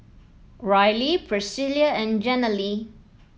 Riley Priscila and Jenilee